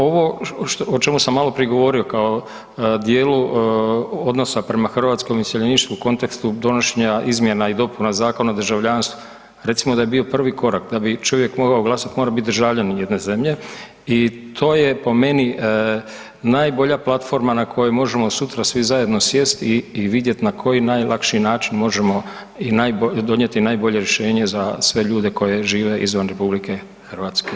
Ovo o čemu sam maloprije govorio kao djelu odnosa prema hrvatskom iseljeništvu u kontekstu donošenja izmjena i dopuna Zakona o državljanstvu, recimo da je bio prvi korak da bi čovjek mogao glasat, mora biti državljanin jedne zemlje i to je po meni najbolja platforma na kojoj možemo sutra svi zajedno sjest i vidjet na koji najlakši način možemo donijeti najbolje rješenje za sve ljude koji žive izvan RH.